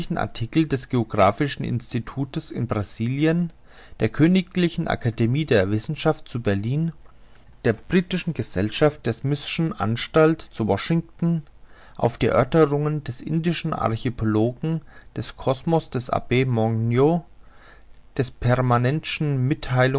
artikel des geographischen instituts in brasilien der königl akademie der wissenschaften zu berlin der britischen gesellschaft der smithson'schen anstalt zu washington auf die erörterungen des indian archipelago des cosmos des abb